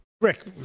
Rick